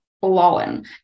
blown